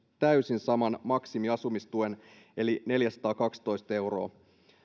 täysin saman maksimiasumistuen eli neljäsataakaksitoista euroa